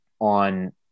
on